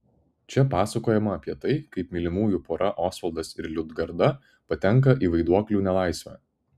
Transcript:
čia pasakojama apie tai kaip mylimųjų pora osvaldas ir liudgarda patenka į vaiduoklių nelaisvę